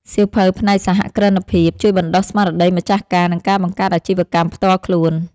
សៀវភៅផ្នែកសហគ្រិនភាព ជួយបណ្ដុះស្មារតីម្ចាស់ការ និងការបង្កើតអាជីវកម្មផ្ទាល់ខ្លួន។